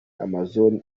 amazon